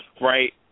right